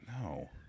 No